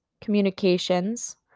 communications